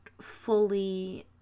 fully